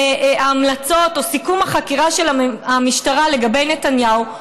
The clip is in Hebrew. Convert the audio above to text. ההמלצות או על סיכום החקירה של המשטרה לגבי נתניהו,